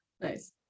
Nice